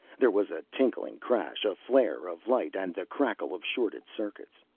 there was a tinkling crash, a flare of light and the crackle of shorted circuits.